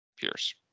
pierce